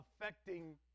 affecting